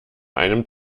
einem